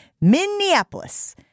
Minneapolis